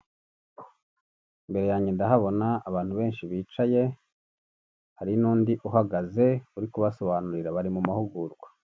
Imbere yanjye ndahabona abantu benshi bicaye hari n'undi uhagaze uri kubasobanurira bari mu mahugurwa.